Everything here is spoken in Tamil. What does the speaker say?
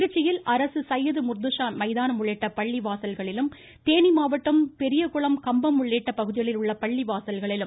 திருச்சியில் அரசு சையது முர்துஷா மைதானம் உள்ளிட்ட பள்ளிவாசல்களிலும் தேனி மாவட்டம் பெரியகுளம் கம்பம் உள்ளிட்ட பகுதிகளில் உள்ள சிறப்பு தொழுகைகள் நடைபெறுகின்றன